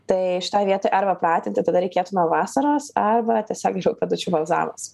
tai šitoj vietoj arba pratinti tada reikėtų nuo vasaros arba tiesiog jau pėdučių balzamas